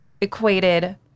equated